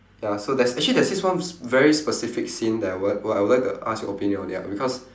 ya so there's actually there's this one sp~ very specific scene that I would I would like to ask your opinion on it lah because